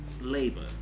labor